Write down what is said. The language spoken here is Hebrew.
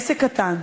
עסק קטן.